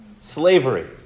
slavery